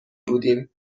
بودیم